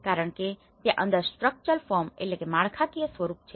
કારણ કે ત્યાં અંદર સ્ટ્રકચરલ ફોર્મstructural form માળખાકીય સ્વરૂપ છે